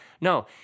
no